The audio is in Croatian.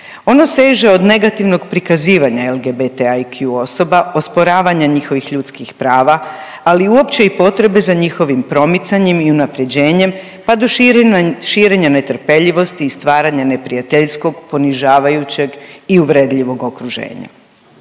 Ono seže od negativnog prikazivanja LGBT IQ osoba, osporavanja njihovih ljudskih prava, ali uopće i potrebe za njihovim promicanjem i unapređenjem, pa do širenja netrpeljivosti i stvaranja neprijateljskog, ponižavajućeg i uvredljivog okruženja.